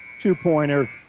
two-pointer